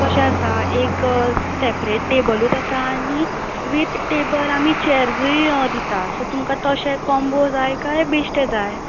कशें आसा एक सेपरेट टेबलूच आसा आनी वीथ टेबल आमी चॅर्सूय दितात तर तुमकां तशें कॉम्बो जाय काय बेश्टें जाय